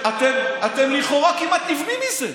אתם לכאורה כמעט נבנים מזה.